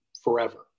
forever